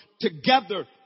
together